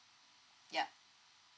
yup